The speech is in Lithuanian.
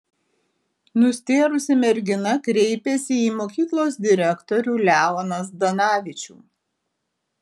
nustėrusi mergina kreipėsi į mokyklos direktorių leoną zdanavičių